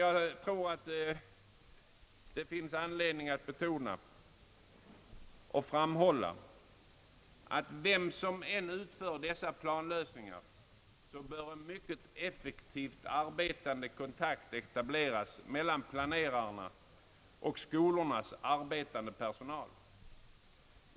Jag tror det finns anledning att betona och framhålla att vem som än utför dessa planlösningar så bör en mycket effektivt arbetande kontakt etableras mellan planerare och skolornas arbetande personal.